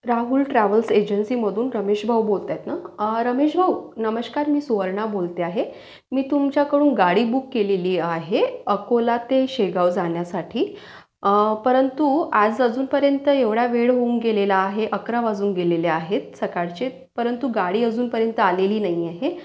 Rahul travels एजन्सीमधून रमेशभाऊ बोलताहेत ना रमेशभाऊ नमस्कार मी सुवर्णा बोलते आहे मी तुमच्याकडून गाडी बुक केलेली आहे अकोला ते शेगांव जाण्यासाठी परंतु आज अजूनपर्यंत एवढा वेळ होऊन गेलेला आहे अकरा वाजून गेलेले आहेत सकाळचे परंतु गाडी अजूनपर्यंत आलेली नाही आहे